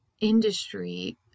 industry